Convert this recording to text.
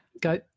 go